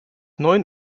neun